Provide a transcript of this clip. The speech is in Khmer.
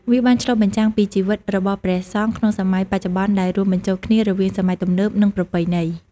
វាបានឆ្លុះបញ្ចាំងពីជីវិតរបស់ព្រះសង្ឃក្នុងសម័យបច្ចុប្បន្ន ដែលរួមបញ្ចូលគ្នារវាងសម័យទំនើប និងប្រពៃណី។